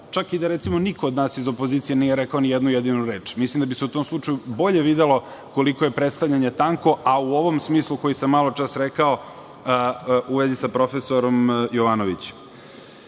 čak i da recimo niko od nas iz opozicije nije rekao ni jednu jedinu reč. Mislim da bi se u tom slučaju bolje videlo koliko je predstavljanje tanko, a u ovom smislu koji sam maločas rekao, u vezi sa profesorom